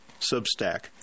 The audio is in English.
Substack